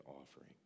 offering